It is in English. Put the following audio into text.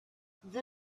the